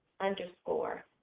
underscore